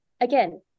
again